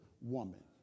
woman